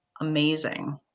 amazing